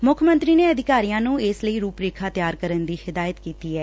ਮੁੱਖ ਮੰਤਰੀ ਨੇ ਅਧਿਕਾਰੀਆਂ ਨੂੰ ਇਸ ਲਈ ਰੂਪ ਰੇਖਾ ਤਿਆਰ ਕਰਨ ਦੀ ਹਿਦਾਇਤ ਕੀਡੀ ਐ